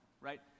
right